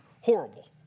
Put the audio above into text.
horrible